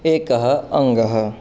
एकम् अङ्गम्